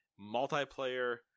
Multiplayer